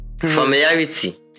Familiarity